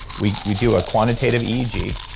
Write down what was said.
we we do a quantitative eeg.